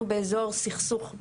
אנחנו באזור סכסוך,